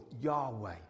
Yahweh